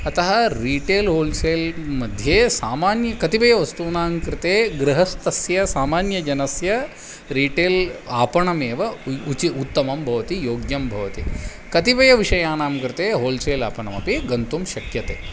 अतः retail wholesale मध्ये सामान्यकतिपयवस्तूनां कृते गृहस्थस्य सामान्यजनस्य रिटेल् आपणमेव उ उचितम् उत्तमं भवति योग्यं भवति कतिपयविषयाणां कृते होल्सेल् आपणमपि गन्तुं शक्यते